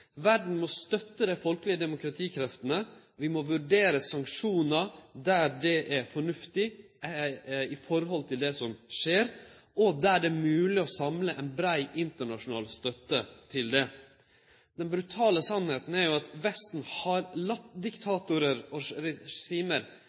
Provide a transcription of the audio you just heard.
må støtte dei folkelege demokratikreftene, vi må vurdere sanksjonar der det er fornuftig i forhold til det som skjer, og der det er mogleg å samle brei internasjonal støtte for det. Den brutale sanninga er jo at Vesten har